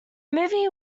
movie